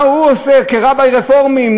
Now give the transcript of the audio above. מה הוא עושה כרביי רפורמי,